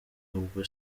ubwo